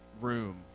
room